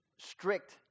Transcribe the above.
strict